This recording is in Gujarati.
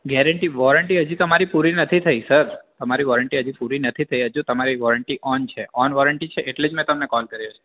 ગેરંટી વૉરંટી હજી તમારી પૂરી નથી થઈ સર અમારી વૉરંટી હજી પૂરી નથી થઈ હજુ તમારી વૉરંટી ઓન છે ઓન વૉરંટી છે એટલે જ મે તમને કોલ કર્યો છે